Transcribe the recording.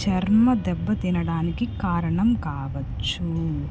చర్మం దెబ్బ తినడానికి కారణం కావచ్చు